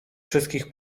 wszystkich